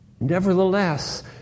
Nevertheless